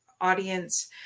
audience